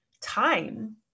time